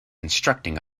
instructing